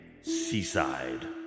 Seaside